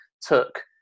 took